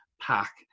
pack